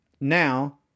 Now